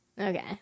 okay